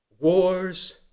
Wars